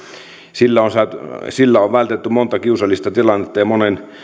sillä on vältetty monta kiusallista tilannetta